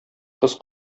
кыз